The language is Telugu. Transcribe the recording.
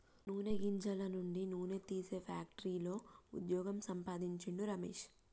నూనె గింజల నుండి నూనె తీసే ఫ్యాక్టరీలో వుద్యోగం సంపాందించిండు రమేష్